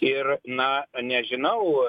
ir na nežinau